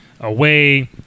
away